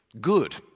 good